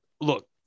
look